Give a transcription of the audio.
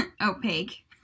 opaque